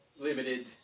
limited